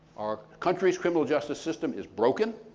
our country's criminal justice system is broken